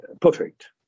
perfect